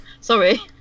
Sorry